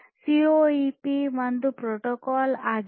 CoAP ಒಂದು protocol ಆಗಿದೆ